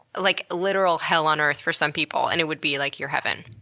like, literal hell on earth for some people and it would be, like, your heaven.